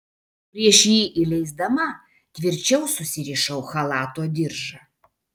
prieš jį įleisdama tvirčiau susirišau chalato diržą